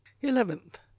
Eleventh